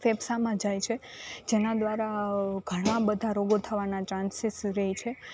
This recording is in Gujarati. ફેફસામાં જાય છે જેના દ્વારા ઘણા બધાં રોગો થવાના ચાન્સીસ રહે છે